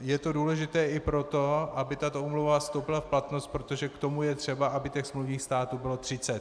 Je to důležité i proto, aby tato úmluva vstoupila v platnost, protože k tomu je třeba, aby smluvních států bylo třicet.